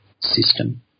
system